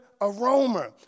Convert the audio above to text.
aroma